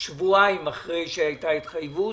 שבועיים אחרי שהייתה התחייבות